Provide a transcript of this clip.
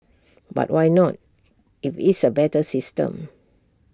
but why not if it's A better system